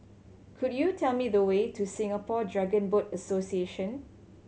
could you tell me the way to Singapore Dragon Boat Association